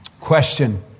Question